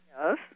Yes